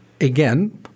Again